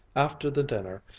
after the dinner,